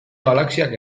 galaxiak